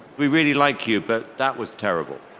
we really like you but that was terrible